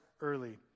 early